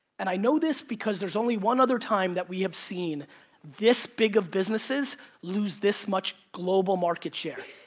and i know this because there's only one other time that we have seen this big of businesses lose this much global market share,